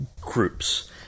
groups